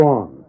on